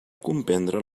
comprendre